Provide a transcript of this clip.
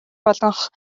болох